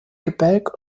gebälk